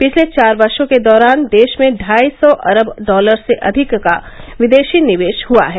पिछले चार वर्षों के दौरान देश में ढ़ाई सौ अरब डॉलर से अधिक का विदेशी निवेश हुआ है